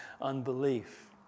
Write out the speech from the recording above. unbelief